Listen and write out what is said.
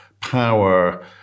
power